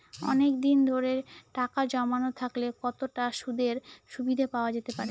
অনেকদিন ধরে টাকা জমানো থাকলে কতটা সুদের সুবিধে পাওয়া যেতে পারে?